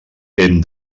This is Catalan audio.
hem